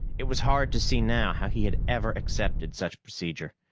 it was hard to see now how he had ever accepted such procedure.